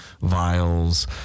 vials